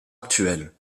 actuel